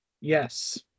Yes